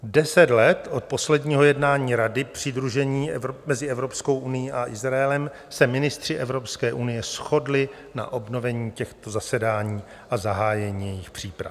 Deset let od posledního jednání Rady přidružení mezi Evropskou unií a Izraelem se ministři Evropské unie shodli na obnovení těchto zasedání a zahájení jejich příprav.